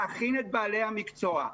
להכין את בעלי המקצוע.